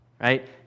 right